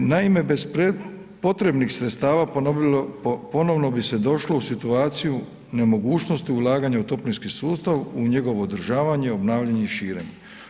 Naime, bez potrebnih sredstava ponovno bi se došlo u situaciju nemogućnosti ulaganja u toplinski sustav, u njegovo održavanje, obnavljanje i širenje,